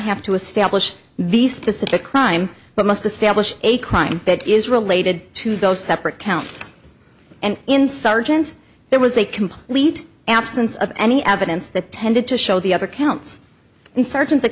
have to establish these specific crime but must establish a crime that is related to those separate counts and in sergeant there was a complete absence of any evidence that tended to show the other counts insurgent th